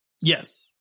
Yes